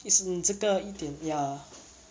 as in 这个一点 ya